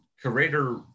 curator